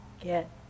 get